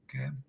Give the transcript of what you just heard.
Okay